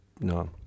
no